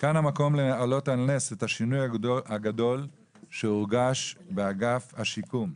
כאן המקום להעלות על נס את השינוי הגדול שהורגש באגף השיקום,